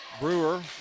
Brewer